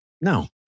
no